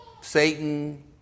Satan